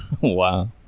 Wow